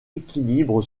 équilibre